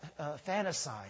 fantasize